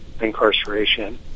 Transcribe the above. incarceration